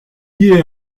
est